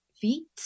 feet